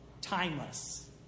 timeless